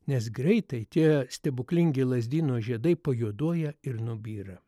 nes greitai tie stebuklingi lazdyno žiedai pajuoduoja ir nubyra